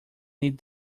need